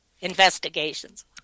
investigations